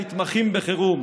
המתמחים בחירום,